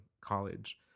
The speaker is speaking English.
college